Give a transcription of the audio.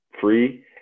free